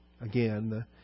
again